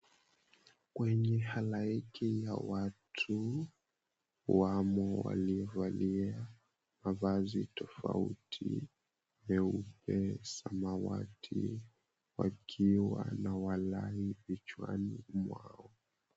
Kwenye halaiki ya watu wamo waliovalia mavazi tofauti, nyeupe, samawati, wakiwa na walai vichwani mwao.